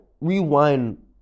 rewind